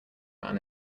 man